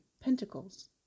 pentacles